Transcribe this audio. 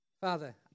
Father